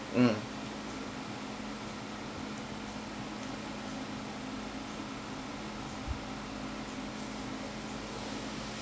mm